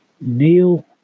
Neil